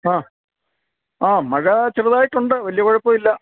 ആ ആ മഴ ചെറുതായിട്ടുണ്ട് വലിയ കുഴപ്പം ഇല്ല